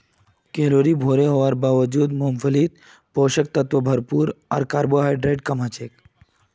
calorie भोरे हवार बावजूद मूंगफलीत पोषक तत्व भरपूर आर कार्बोहाइड्रेट कम हछेक